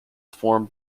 form